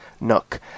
Nook